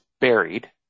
buried